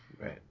right